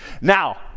Now